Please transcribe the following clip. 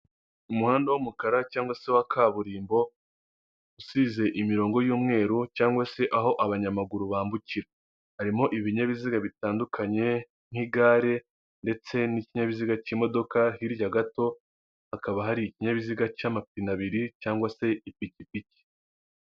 Umuhanda w'umukara cyangwa se wa kaburimbo, usize imirongo y'umweru cyangwa se aho abanyamaguru bambukira, harimo ibinyabiziga bitandukanye nk'igare, ndetse n'ikinyabiziga cy'imodoka, hirya gato hakaba hari ikinkinyabiziga cy'amapine abiri cyangwa se ipikipiki.